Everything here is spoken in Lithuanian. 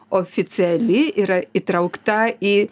oficiali yra įtraukta į